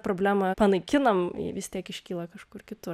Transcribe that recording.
problemą panaikinam ji vis tiek iškyla kažkur kitur